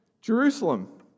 Jerusalem